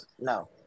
No